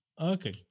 okay